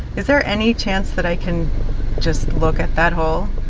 is there any chance that i can just look at that hole?